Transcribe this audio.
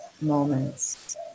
moments